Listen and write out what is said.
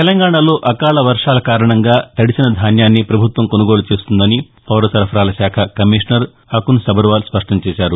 తెలంగాణాలో అకాల వర్షాల కారణంగా తడిసిన ధాన్యాన్ని ప్రభుత్వం కొనుగోలు చేస్తుందని పౌరసరఫరాల శాఖ కమిషనర్ అకున్ సబర్వాల్ స్పష్టం చేశారు